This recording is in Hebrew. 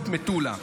מטולה.